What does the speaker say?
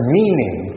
meaning